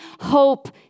hope